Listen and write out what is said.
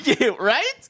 Right